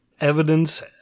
evidence